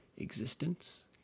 existence